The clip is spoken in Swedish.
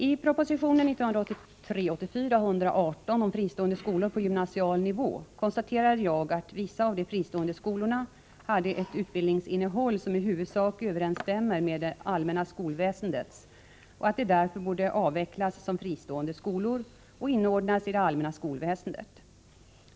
I proposition 1983/84:118 om fristående skolor på gymnasial nivå konstaterade jag att vissa av de fristående skolorna hade ett utbildningsinnehåll som i huvudsak överensstämmer med det allmänna skolväsendets och att de därför borde avvecklas som fristående skolor och inordnas i det allmänna skolväsendet.